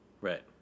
Right